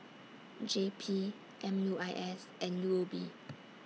J P M U I S and U O B